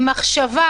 עם מחשבה